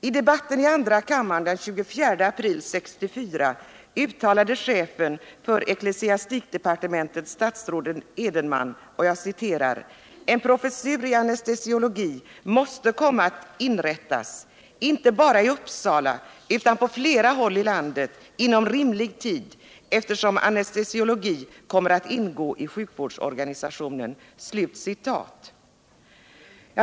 I debatten i andra kammaren den 24 april 1964 uttalade chefen för ecklesiastikdepartementet, statsrådet Edenman, följande: En professur i anestesiologi måste komma att inrättas inte bara i Uppsala utan på flera håll i landet inom rimlig tid, eftersom anestesiologi kommer att ingå i sjuk vårdsorganisationen.